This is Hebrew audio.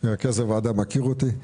מרכז הוועדה מכיר אותי,